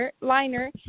Liner